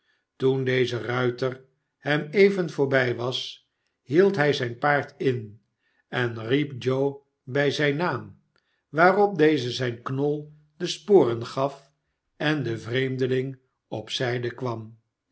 toen deze ruiter hem even voorbij was hield hij zijn paard in en riep joe bij zijn naam waarop deze zijn knol de sporen gaf en den vreemdeling op zijde kwam